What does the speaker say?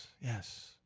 Yes